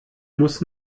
muss